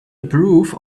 approve